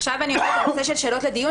עכשיו אני עוברת לנושא של שאלות לדיון.